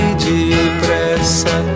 depressa